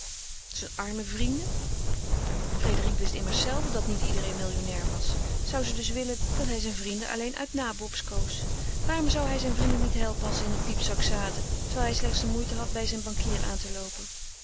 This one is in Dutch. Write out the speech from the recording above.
zijne arme vrienden frédérique wist immers zelve dat niet iedereen millionnair was zou ze dus willen dat hij zijne vrienden alleen uit nabobs koos waarom zou hij zijne vrienden niet helpen als ze in den piepzak zaten terwijl hij slechts de moeite had bij zijn bankier aan te loopen